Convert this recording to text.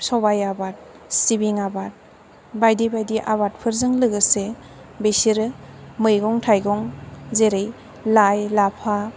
सबाइ आबाद सिबिं आबाद बाइदि बाइदि आबादफोरजों लोगोसे बिसोरो मैगं थाइगं जेरै लाइ लाफा